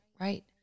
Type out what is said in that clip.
right